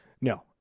No